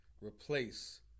replace